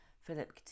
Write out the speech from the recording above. Philip